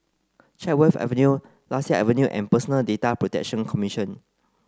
Chatsworth Avenue Lasia Avenue and Personal Data Protection Commission